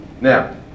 Now